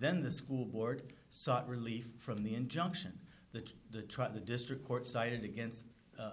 then the school board sought relief from the injunction that the trial the district court sided against a